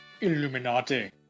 Illuminati